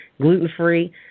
gluten-free